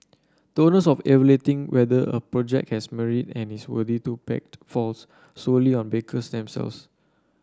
the onus of evaluating whether a project has merit and is worthy to be backed falls solely on backers themselves